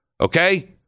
Okay